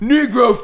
Negro